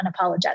unapologetic